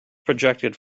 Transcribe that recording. projected